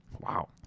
wow